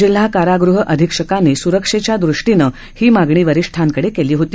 जिल्हा कारागृह अधीक्षकांनी सुरक्षेच्या दृष्टीने ही मागणी वरिष्ठांकडे केली होती